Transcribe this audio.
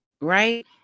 right